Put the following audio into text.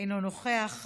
אינו נוכח.